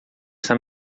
está